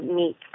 meet